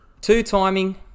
two-timing